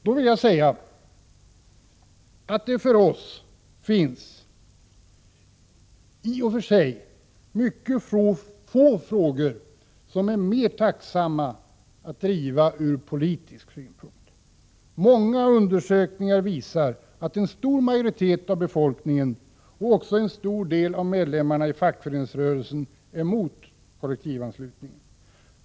Då vill jag säga att det för oss finns få frågor som är mera tacksamma att driva ur politisk synpunkt. Många undersökningar visar att en stor majoritet av befolkningen och även en stor del av medlemmarna i fackföreningsrörelsen är mot kollektivanslutningen.